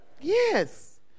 Yes